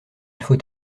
faut